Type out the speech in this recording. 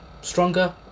stronger